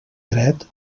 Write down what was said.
dret